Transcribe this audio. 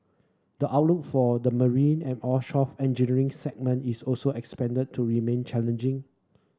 the outlook for the marine and offshore engineering segment is also to remain challenging